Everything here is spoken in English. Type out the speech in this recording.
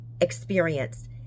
experience